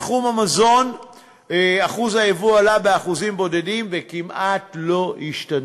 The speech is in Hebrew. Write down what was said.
בתחום המזון אחוז היבוא עלה באחוזים בודדים וכמעט לא השתנה.